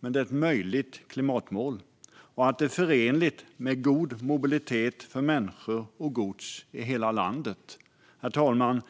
men möjligt klimatmål och att det är förenligt med god mobilitet för människor och gods i hela landet. Herr talman!